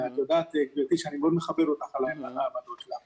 ואת יודעת גברתי שאני מאוד מכבד אותך על העמדות שלך.